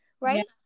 right